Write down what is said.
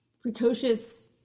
precocious